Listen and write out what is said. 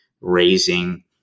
raising